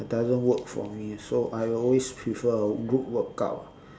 it doesn't work for me ah so I would always prefer a group workout